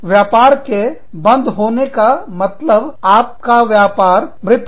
व्यापार के बंद होने का मतलब आपका व्यापार मृत है